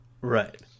Right